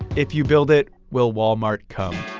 if you build it, will walmart come?